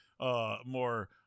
more